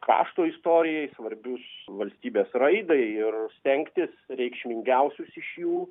krašto istorijai svarbius valstybės raidai ir stengtis reikšmingiausius iš jų